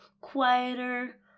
quieter